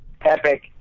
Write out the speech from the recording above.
epic